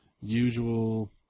usual